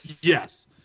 yes